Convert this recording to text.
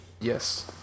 Yes